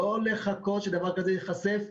לא לחכות שדבר כזה ייחשף.